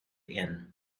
inn